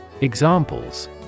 Examples